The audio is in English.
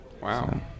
wow